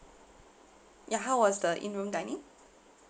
ya how was the in room dining